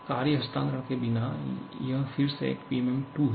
कार्य हस्तांतरण के बिना यह फिर से एक PMM II है